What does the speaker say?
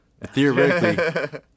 Theoretically